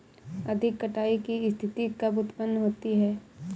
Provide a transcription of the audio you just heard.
अधिक कटाई की स्थिति कब उतपन्न होती है?